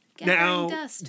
Now